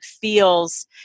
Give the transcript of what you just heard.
feels